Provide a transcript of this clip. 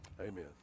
Amen